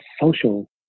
social